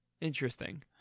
Interesting